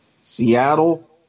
Seattle